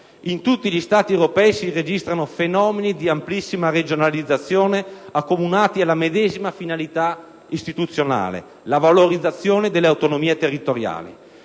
In tutti gli Stati europei si registrano fenomeni di amplissima regionalizzazione accomunati dalla medesima finalità istituzionale: la valorizzazione delle autonomie territoriali.